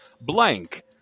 blank